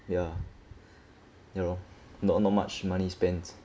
ya ya lor not not much money spent